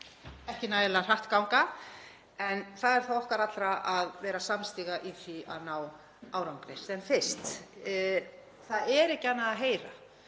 ekki nægilega hratt ganga en það er þá okkar allra að vera samstiga í því að ná árangri sem fyrst. Það er ekki annað að heyra